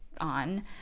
on